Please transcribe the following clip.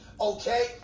Okay